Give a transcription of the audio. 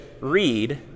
read